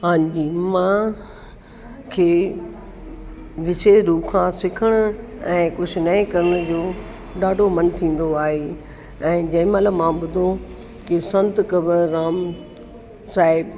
हांजी मूंखे विशेष रूप सां सिखण ऐं कुझ नएं करण जो ॾाढो मन थींदो आहे ऐं जंहिंमहिल मां ॿुधो त संत कंवरराम साहिब